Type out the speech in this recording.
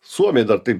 suomiai dar taip